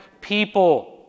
people